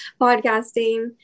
podcasting